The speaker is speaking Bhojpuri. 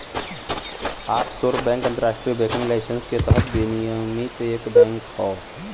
ऑफशोर बैंक अंतरराष्ट्रीय बैंकिंग लाइसेंस के तहत विनियमित एक बैंक हौ